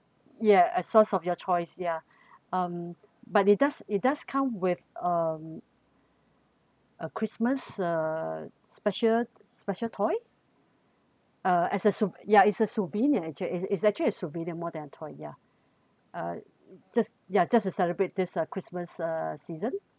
ya a sauce of your choice yeah um but it does it does come with um a christmas uh special special toy uh as a ya is a souvenir is actually a souvenir more than a toy ya uh just ya just to celebrate this uh christmas uh season